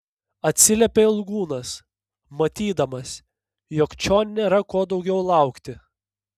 atsiliepė ilgūnas matydamas jog čion nėra ko daugiau laukti